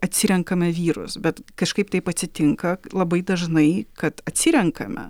atsirenkame vyrus bet kažkaip taip atsitinka labai dažnai kad atsirenkame